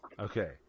Okay